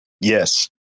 Yes